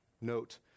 note